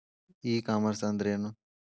E commerce ಅಂದ್ರೇನು?